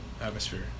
atmosphere